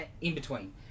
in-between